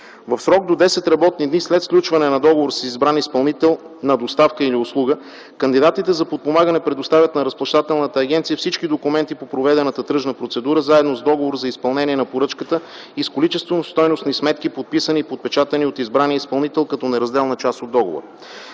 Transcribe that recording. В срок до 10 работни дни след сключване на договор с избран изпълнител на доставка или услуга кандидатите за подпомагане предоставят на Разплащателната агенция всички документи по проведената тръжна процедура, заедно с договор за изпълнение на поръчката и с количествено стойностни сметки, подписани и подпечатани от избрания изпълнител като неразделна част от договора.